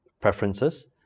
preferences